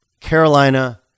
Carolina